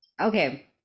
okay